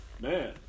man